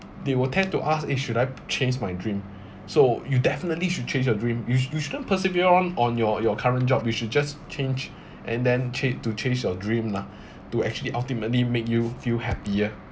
they will tend to ask eh should I change my dream so you definitely should change your dream you should you shouldn't persevere on on your your current job you should just change and then change to change your dream lah to actually ultimately make you feel happier